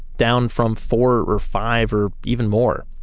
down from four or five or even more.